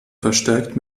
verstärkt